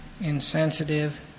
insensitive